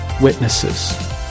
witnesses